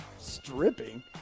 Stripping